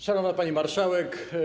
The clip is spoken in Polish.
Szanowana Pani Marszałek!